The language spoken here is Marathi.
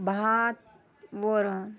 भात वरण